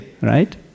right